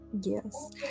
yes